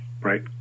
right